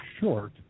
short